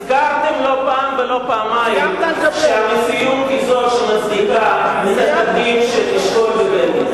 הזכרתם לא פעם ולא פעמיים שהמציאות מצדיקה את התקדים של אשכול ובגין.